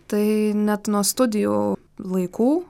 tai net nuo studijų laikų